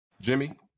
Jimmy